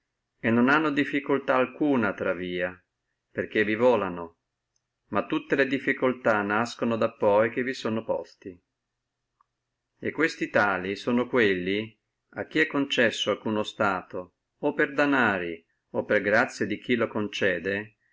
e non hanno alcuna difficultà fra via perché vi volano ma tutte le difficultà nascono quando sono posti e questi tali sono quando è concesso ad alcuno uno stato o per danari o per grazia di chi lo concede